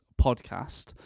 podcast